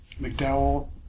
McDowell